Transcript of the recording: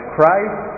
Christ